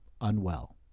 unwell